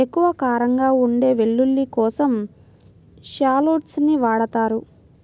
ఎక్కువ కారంగా ఉండే వెల్లుల్లి కోసం షాలోట్స్ ని వాడతారు